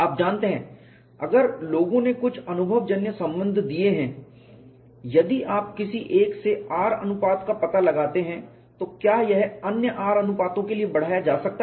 आप जानते हैं अगर लोगों ने कुछ अनुभवजन्य संबंध दिए हैं यदि आप किसी एक से R अनुपात का पता लगाते हैं तो क्या यह अन्य R अनुपातों के लिए बढ़ाया जा सकता है